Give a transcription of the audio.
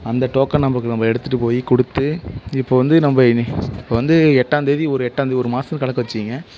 அந்த token number நம்ப எடுத்துட்டு போய் கொடுத்து இப்போது வந்து நம்ப இப்போது வந்து எட்டாம் தேதி ஒரு எட்டாம் தேதி ஒரு மாதம் கணக்கு வச்சுங்க